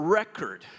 record